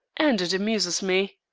and it amuses me.